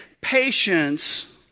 patience